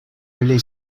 really